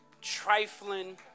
trifling